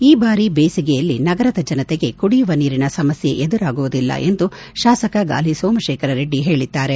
ಈ ಬಾರಿ ದೇಸಿಗೆಯಲ್ಲಿ ನಗರದ ಜನತೆಗೆ ಕುಡಿಯುವ ನೀರಿನ ಸಮಸ್ನೆ ಎದುರಾಗದು ಎಂದು ಶಾಸಕ ಗಾಲಿ ಸೋಮಶೇಖರರೆಡ್ಡಿ ಹೇಳದ್ದಾರೆ